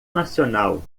nacional